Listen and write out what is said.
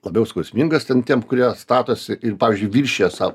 labiau skausmingas ten tiems kurie statosi ir pavyzdžiui viršija savo